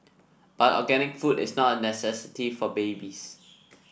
but organic food is not a necessity for babies